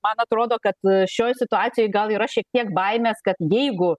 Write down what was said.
man atrodo kad šioj situacijoj gal yra šiek tiek baimės kad jeigu